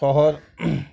শহর